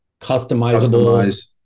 customizable